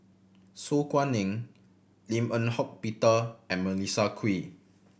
Su Guaning Lim Eng Hock Peter and Melissa Kwee